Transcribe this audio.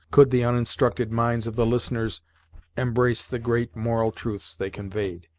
could the uninstructed minds of the listeners embrace the great moral truths they conveyed.